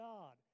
God